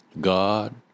God